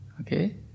okay